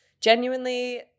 genuinely